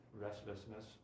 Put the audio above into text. restlessness